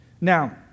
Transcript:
Now